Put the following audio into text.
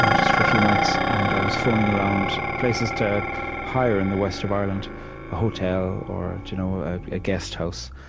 yeah just for a few nights. and i was phoning around, places to hire in the west of ireland, a hotel or you know ah a guesthouse,